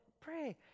pray